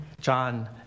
John